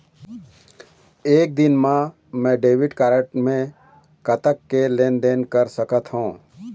एक दिन मा मैं डेबिट कारड मे कतक के लेन देन कर सकत हो?